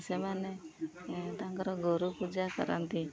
ସେମାନେ ତାଙ୍କର ଗୋରୁ ପୂଜା କରନ୍ତି